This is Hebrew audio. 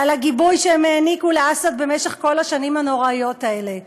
על הגיבוי שהם העניקו לאסד במשך כל השנים הנוראיות האלה.